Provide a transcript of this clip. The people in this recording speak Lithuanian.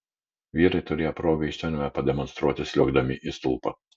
vyrai turėjo progą ištvermę pademonstruoti sliuogdami į stulpą